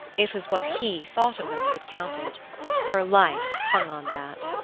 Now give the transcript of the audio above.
it was what he thought of them that counted her life hung on that.